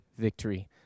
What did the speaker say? victory